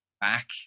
back